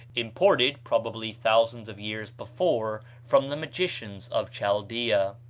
imported probably thousands of years before from the magicians of chaldea.